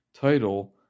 title